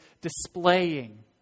displaying